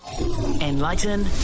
Enlighten